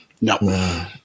No